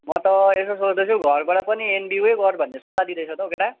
म त यसो सोच्दैछु घरबाट पनि एनबियुयै गर् भन्ने सल्लाह दिँदैछ त हो केटा